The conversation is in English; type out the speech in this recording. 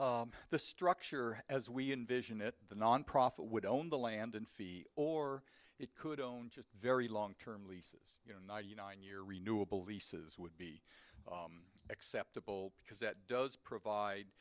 the structure as we envision it the nonprofit would own the land and fee or it could own just very long term leases you know ninety nine year renewable leases would acceptable because that does provide